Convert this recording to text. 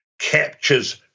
captures